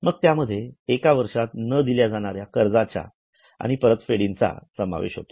मग त्यामध्ये एका वर्षात न दिले जाणाऱ्या कर्जाचा आणि परतफेडीचा समावेश होतो